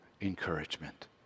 encouragement